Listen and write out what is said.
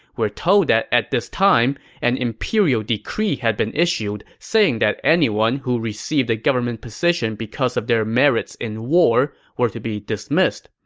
we're told that at this time, an imperial decree had been issued saying that anyone who received a government position because of their merits in war were to be dismissed.